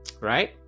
Right